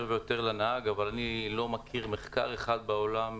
ויותר לנהג אבל אני לא מכיר מחקר אחד בעולם,